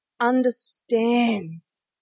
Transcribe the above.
understands